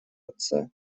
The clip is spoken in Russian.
отца